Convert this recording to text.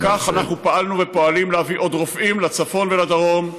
וכך פעלנו ואנחנו פועלים להביא עוד רופאים לצפון ולדרום,